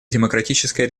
демократическая